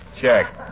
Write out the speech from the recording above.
Check